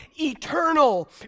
eternal